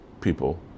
people